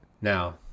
Now